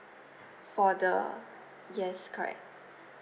for the yes correct